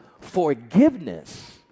forgiveness